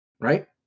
right